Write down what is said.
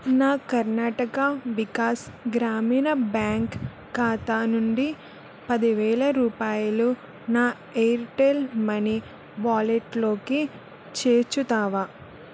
నా కర్ణాటక వికాస్ గ్రామీణ బ్యాంక్ ఖాతా నుండి పది వేలు రూపాయలు నా ఎయిర్టెల్ మనీ వాలెట్లోకి చేర్చుతావా